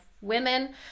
women